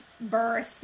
birth